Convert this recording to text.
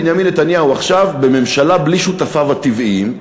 בנימין נתניהו עכשיו בממשלה בלי שותפיו הטבעיים,